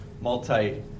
multi